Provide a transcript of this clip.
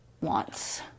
wants